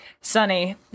Sunny